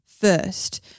first